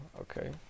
okay